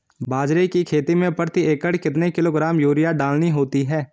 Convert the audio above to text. बाजरे की खेती में प्रति एकड़ कितने किलोग्राम यूरिया डालनी होती है?